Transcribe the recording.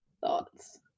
thoughts